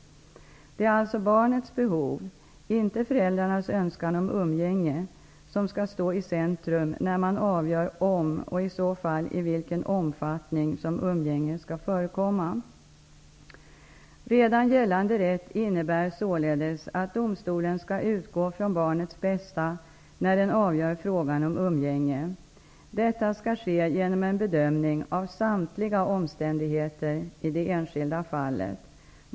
Det är alltså barnets behov, inte föräldrarnas önskan om umgänge, som skall stå i centrum när man avgör om och i så fall i vilken omfattning som umgänge skall förekomma. Redan gällande rätt innebär således att domstolen skall utgå från barnets bästa när den avgör frågan om umgänge. Detta skall ske genom en bedömning av samtliga omständigheter i det enskilda fallet.